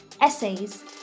essays